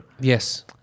Yes